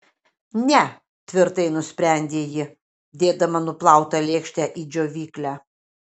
ne tvirtai nusprendė ji dėdama nuplautą lėkštę į džiovyklę